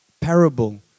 parable